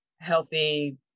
healthy